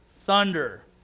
Thunder